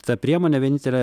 ta priemonė vienintelė